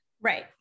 Right